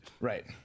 Right